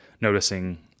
noticing